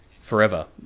forever